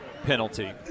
penalty